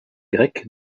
grec